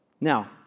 Now